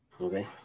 Okay